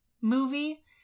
movie